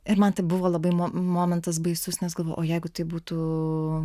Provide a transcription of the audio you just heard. ir man tai buvo labai mo momentas baisus nes galvojau jeigu tai būtų